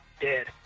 dead